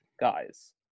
guys